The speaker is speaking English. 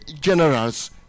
generals